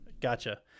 Gotcha